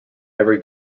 never